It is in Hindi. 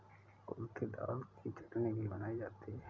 कुल्थी दाल की चटनी भी बनाई जाती है